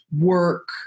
work